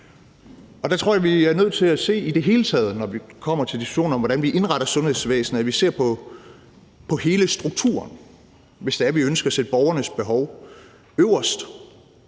Der tror jeg, at vi i det hele taget, når vi kommer til diskussionen om, hvordan vi indretter sundhedsvæsenet, er nødt til at se på hele strukturen, hvis vi ønsker at sætte borgernes behov øverst.